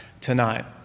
tonight